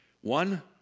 One